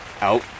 Out